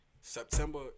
September